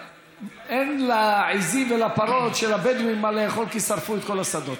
אין לעיזים ולפרות של הבדואים מה לאכול כי שרפו את כל השדות.